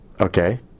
Okay